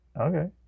Okay